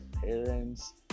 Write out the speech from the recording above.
parents